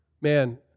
Man